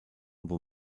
bon